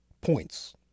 points